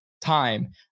time